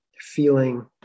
feeling